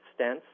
stents